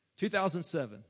2007